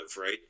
Right